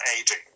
aging